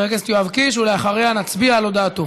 חבר הכנסת יואב קיש, ואחריה נצביע על הודעתו.